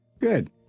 good